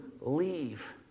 leave